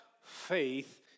faith